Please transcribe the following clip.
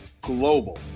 Global